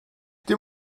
dim